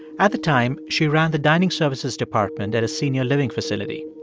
at the time, she ran the dining services department at a senior living facility.